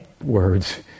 words